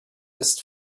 ist